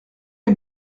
est